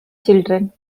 children